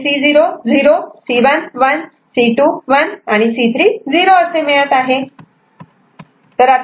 इथे C0 0 C1 1 C2 1 आणि C3 0 असे मिळत आहे